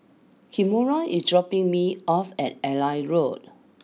Kimora is dropping me off at Airline Road